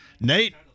Nate